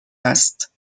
است